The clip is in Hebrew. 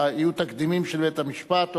יהיו תקדימים של בית-המשפט או,